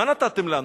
מה נתתם לנו?